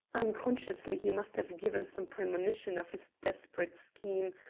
unconsciously he must have given some premonition of this desperate scheme,